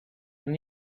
and